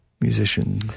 musician